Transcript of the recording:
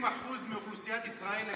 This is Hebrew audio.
20% מאוכלוסיית ישראל הם ערבים,